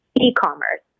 e-commerce